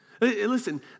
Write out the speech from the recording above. Listen